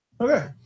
okay